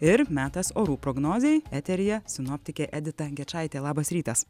ir metas orų prognozei eteryje sinoptikė edita gečaitė labas rytas